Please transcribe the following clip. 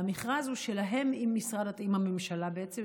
והמכרז הוא שלהן עם הממשלה בעצם,